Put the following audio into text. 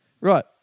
Right